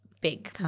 big